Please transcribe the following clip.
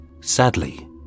Sadly